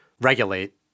regulate